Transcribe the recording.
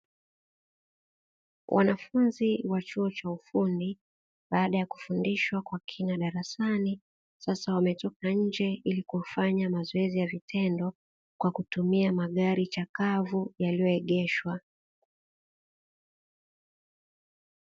Wanafunzi wa chuo cha ufundi, baada ya kufundishwa kwa kina darasani, sasa wametoka nje ili kufanya mazoezi ya vitendo, kwa kutumia magari chakavu yaliyoegeshwa.